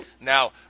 Now